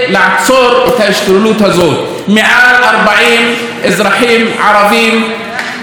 מעל 40 אזרחים ערבים נרצחו מתחילת השנה.